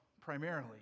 primarily